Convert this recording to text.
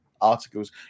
articles